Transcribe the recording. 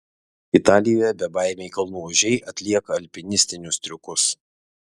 italijoje bebaimiai kalnų ožiai atlieka alpinistinius triukus